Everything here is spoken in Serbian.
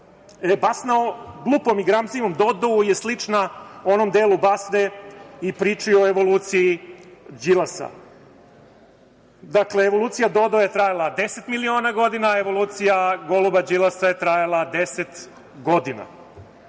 basna o glupom i gramzivom Dodou je slična onom delu basne i priči o evoluciji Đilasa. Dakle, evolucija Dodo je trajala 10 miliona godina, a evolucija goluba Đilasa je trajala 10 godina. Znači,